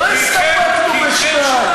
לא הסתפקנו בשניים.